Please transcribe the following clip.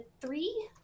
Three